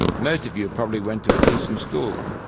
most of you probably went to a decent school.